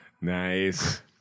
nice